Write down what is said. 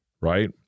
right